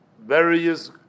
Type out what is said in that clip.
various